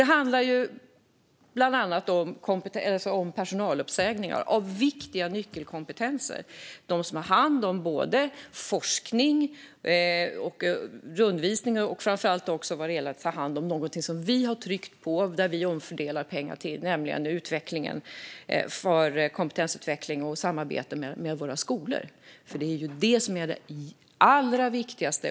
Det handlar bland annat om personaluppsägningar av viktiga nyckelkompetenser - de som har hand om forskning och rundvisningar. Något som vi framför allt har tryckt på, och som vi omfördelat pengar till, är kompetensutveckling och samarbete med våra skolor, för det är det som är det allra viktigaste.